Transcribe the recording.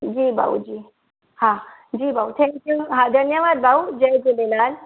जी भाऊ जी हा जी भाऊ धन्यवाद भाऊ जय झूलेलाल